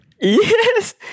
Yes